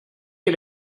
que